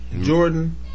Jordan